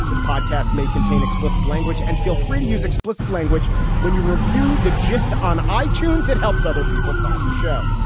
this podcast may contain explicit language and feel free to use explicit language when you review the gist on i-tunes, it helps other people find the show